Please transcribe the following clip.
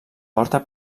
porta